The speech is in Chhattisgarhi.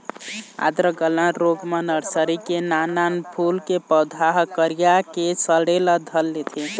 आद्र गलन रोग म नरसरी के नान नान फूल के पउधा ह करिया के सड़े ल धर लेथे